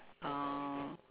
oh